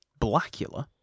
Blackula